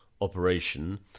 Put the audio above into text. operation